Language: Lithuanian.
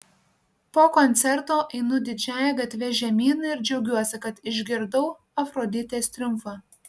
po koncerto einu didžiąja gatve žemyn ir džiaugiuosi kad išgirdau afroditės triumfą